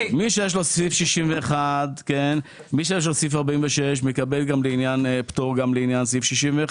מי שיש לו אישור לעניין סעיף 46 מקבל פטור גם לעניין סעיף 61,